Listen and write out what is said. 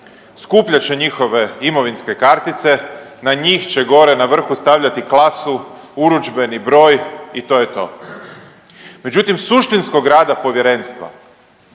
Skupljat će njihove imovinske kartice, na njih će gore na vrhu stavljati klasu, urudžbeni broj i to je to. Međutim, suštinskog rada povjerenstva